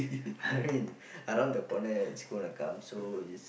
Harin around the corner it's gonna come so is